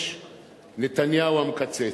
נתניהו המקצץ.